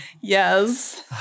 Yes